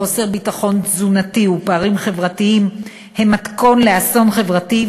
חוסר ביטחון תזונתי ופערים חברתיים הם מתכון לאסון חברתי,